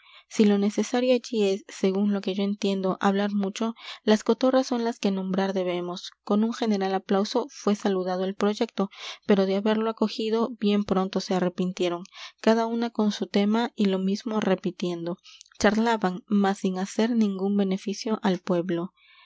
si lo necesario allí es según lo que yo entiendo hablar mucho las cotorras son las que nombrar debemos con un general aplauso fué saludado el proyecto pero de haberlo acogido bien pronto se arrepintieron cada una con su tema y lo mismo repitiendo charlaban mas sin hacer n i n g ú n beneficio al pueblo